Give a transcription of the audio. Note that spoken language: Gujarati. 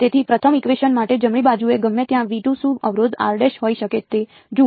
તેથી પ્રથમ ઇકવેશન માટે જમણી બાજુએ ગમે ત્યાં શું અવરોધ હોઈ શકે તે જુઓ